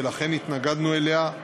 ולכן התנגדנו לה.